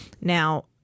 Now